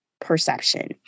perception